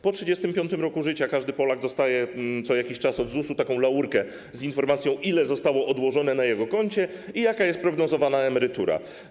Po 35. roku życia każdy Polak dostaje co jakiś czas od ZUS-u taką laurkę z informacją, ile zostało odłożone na jego koncie i jaka jest prognozowana emerytura.